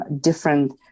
different